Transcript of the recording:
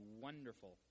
wonderful